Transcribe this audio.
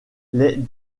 les